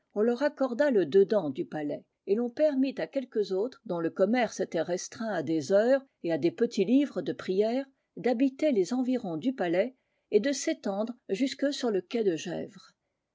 on leur accorda le dedans du palais et l'on permit à quelques autres dont le commerce était restreint à des heures et à des petits livres de prières d'habiter les environs du palais et de s'étendre jusque sur le quai de gesvres